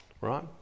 Right